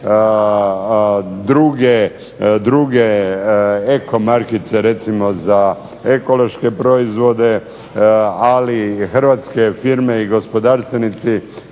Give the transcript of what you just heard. druge eko markice recimo za ekološke proizvode, ali hrvatske firme i gospodarstvenici